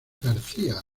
garcía